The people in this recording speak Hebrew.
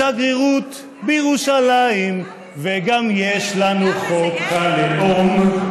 / השגרירות בירושלים, וגם יש לנו חוק הלאום.